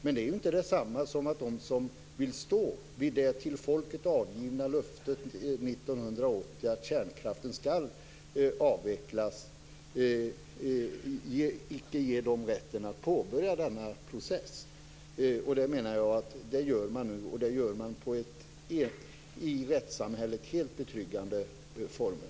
Men det är inte detsamma som att inte ge dem rätten som vill stå vid det till folket avgivna löftet 1980 om att kärnkraften skall avvecklas att påbörja denna process. Det menar jag att man gör nu, och man gör det under för rättssamhället helt betryggande former.